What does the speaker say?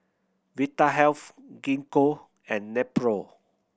Vitahealth Gingko and Nepro